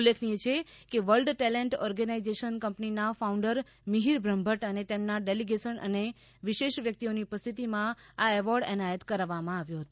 ઉલ્લેખનીય છે કે વર્લ્ડ ટેલેન્ટ ઓર્ગેનાઇઝેશન કંપનીના ફાઉન્ડર મિહિર બ્રહ્મભદ્દ અને તેમના ડેલીગેસન અને વિશેષ વ્યક્તિઓની ઉપસ્થિતિમાં એવોર્ડ એનાયત કરવામાં આવ્યો છે